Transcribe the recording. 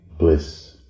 Bliss